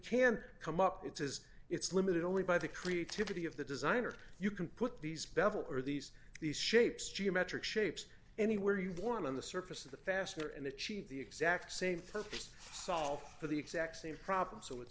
can't come up it is it's limited only by the creativity of the designer you can put these bevel or these these shapes geometric shapes any where you born on the surface of the fastener and achieve the exact same purpose solve for the exact same problem so it's